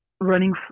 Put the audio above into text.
running